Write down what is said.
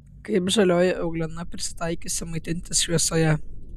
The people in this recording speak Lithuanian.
kaip žalioji euglena prisitaikiusi maitintis šviesoje